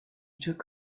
took